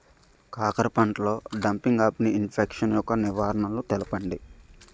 కాకర పంటలో డంపింగ్ఆఫ్ని ఇన్ఫెక్షన్ యెక్క నివారణలు తెలపండి?